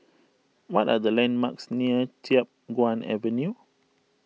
what are the landmarks near Chiap Guan Avenue